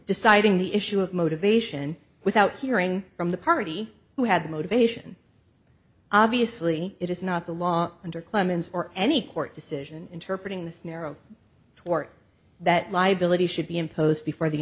deciding the issue of motivation without hearing from the party who had the motivation obviously it is not the law under clemens or any court decision interpret in this narrow tort that liability should be imposed before the